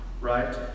Right